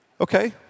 okay